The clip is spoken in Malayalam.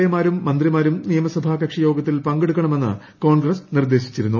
എ മാരും ഭൂന്ത്രിമാരും നിയമസഭാ കക്ഷിയോഗത്തിൽ പങ്കെടുക്കൺമെന്ന് കോൺഗ്രസ് നിർദ്ദേശിച്ചിരുന്നു